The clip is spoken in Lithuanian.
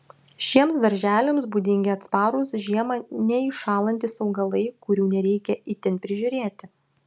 šiems darželiams būdingi atsparūs žiemą neiššąlantys augalai kurių nereikia itin prižiūrėti